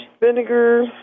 vinegar